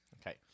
Okay